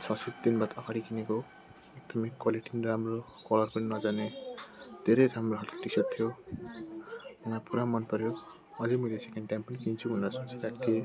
छ सात दिन बाद अगाडि किनेको हो एकदमै क्वालिटी पनि राम्रो कलर पनि नजाने धेरै राम्रो खालको टिसर्ट थियो मलाई पुरा मनपऱ्यो अझै मैले सेकेन्ड टाइम पनि किन्छु भनेर सोचिरहेको थिएँ